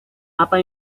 apa